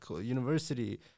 university